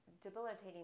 debilitating